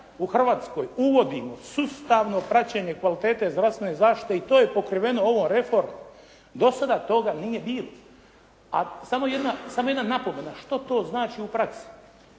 u Hrvatskoj uvodimo sustavno praćenje kvalitete zdravstvene zaštite i to je pokriveno ovom reformom. Do sada toga nije bilo. A samo jedna napomena, što to znači u praksi.